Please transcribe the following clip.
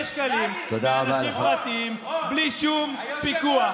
שקלים מאנשים פרטיים בלי שום פיקוח.